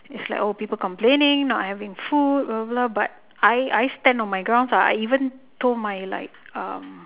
it's like old people complaining not having food blah blah but I I stand on my grounds ah I even told my like um